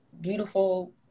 beautiful